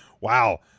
Wow